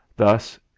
Thus